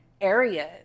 areas